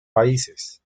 países